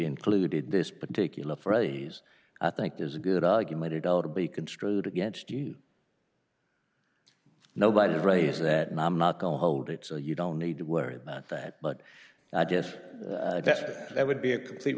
included this particular phrase i think there's a good argument it all to be construed against you nobody has raised that and i'm not going to hold it so you don't need to worry about that but i guess that would be a complete